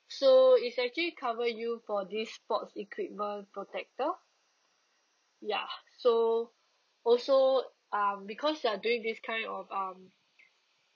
so it's actually cover you for this sports equipment protector ya so also um because you are doing this kind of um